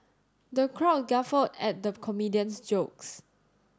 the crowd guffawed at the comedian's jokes